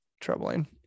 troubling